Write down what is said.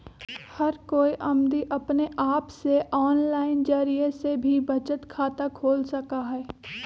हर कोई अमदी अपने आप से आनलाइन जरिये से भी बचत खाता खोल सका हई